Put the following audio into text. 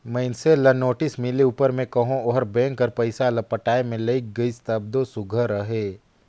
मइनसे ल नोटिस मिले उपर में कहो ओहर बेंक कर पइसा ल पटाए में लइग गइस तब दो सुग्घर अहे